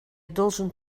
должен